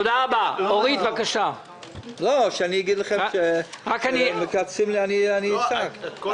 כשאומר לכם שמקצצים לי, אצעק.